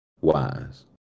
wise